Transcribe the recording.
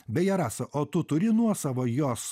beje rasa o tu turi nuosavą jos